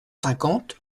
cinquante